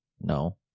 No